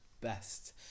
best